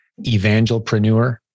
Evangelpreneur